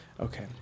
Okay